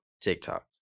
TikTok